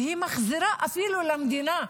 והיא מחזירה אפילו למדינה,